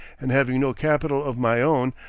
and having no capital of my own,